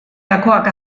gakoak